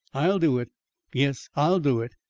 i'll do it yes, i'll do it.